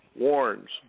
warns